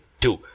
two